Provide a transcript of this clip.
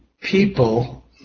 people